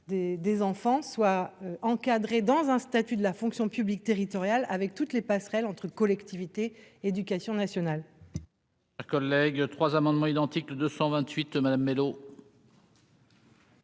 des enfants soit encadré dans un statut de la fonction publique territoriale, avec toutes les passerelles entre collectivités éducation nationale.